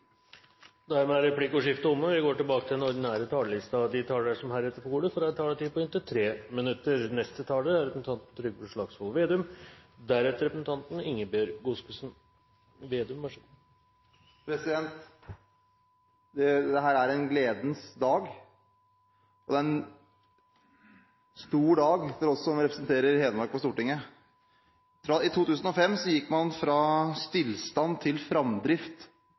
Dermed er replikkordskiftet omme. De talere som heretter får ordet, har en taletid på inntil 3 minutter. Dette er en gledens dag, og det er en stor dag for oss som representerer Hedmark på Stortinget. I 2005 gikk man fra stillstand til framdrift